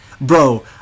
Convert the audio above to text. Bro